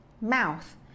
mouth